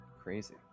Crazy